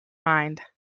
mind